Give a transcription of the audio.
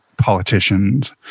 politicians